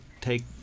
take